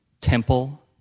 Temple